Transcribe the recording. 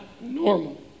normal